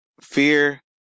Fear